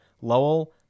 Lowell